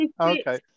Okay